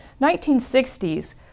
1960s